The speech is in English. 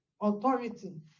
authority